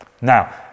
Now